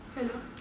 hello